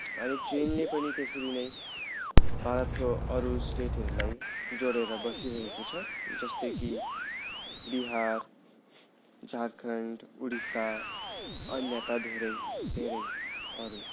अनि ट्रनेले पनि त्यसरी नै भारतको अरू स्टेटहरूलाई जोडेर बसिरहेको छ जस्तै कि बिहार झारखण्ड उडिसा अन्यता धेरै धेरै अरू